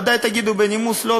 ודאי תגידו בנימוס: לא,